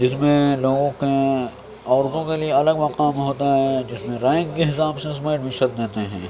جس میں لوگوں کے عورتوں کے لیے الگ مقام ہوتا ہے جس میں رینک کے حساب سے اس میں ایڈمیشن دیتے ہیں